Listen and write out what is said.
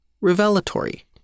revelatory